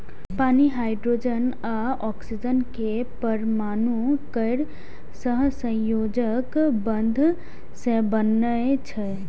पानि हाइड्रोजन आ ऑक्सीजन के परमाणु केर सहसंयोजक बंध सं बनै छै